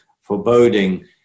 foreboding